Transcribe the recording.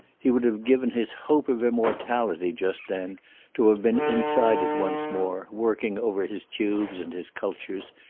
he would have given his hope of immortality just then to have been inside it once more, working over his tubes and his cultures,